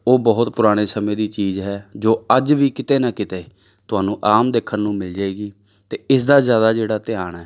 ਉਹ ਬਹੁਤ ਪੁਰਾਣੇ ਸਮੇਂ ਦੀ ਚੀਜ਼ ਹੈ ਜੋ ਅੱਜ ਵੀ ਕਿਤੇ ਨਾ ਕਿਤੇ ਤੁਹਾਨੂੰ ਆਮ ਦੇਖਣ ਨੂੰ ਮਿਲ ਜਾਏਗੀ ਅਤੇ ਇਸ ਦਾ ਜ਼ਿਆਦਾ ਜਿਹੜਾ ਧਿਆਨ ਹੈ